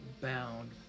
bound